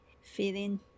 feeling